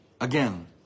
Again